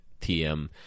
TM